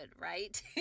right